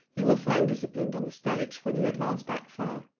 you will find discipline on the stage when you advance that far.